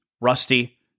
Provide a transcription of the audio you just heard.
Rusty